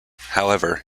however